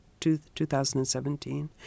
2017